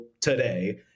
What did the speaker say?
today